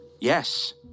Yes